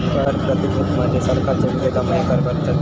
कर प्रतिरोध मध्ये सरकारच्या विरोधामुळे कर भरतत